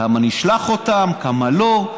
לכמה נשלח אותם, לכמה לא.